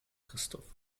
christoph